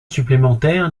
supplémentaire